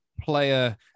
player